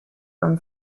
room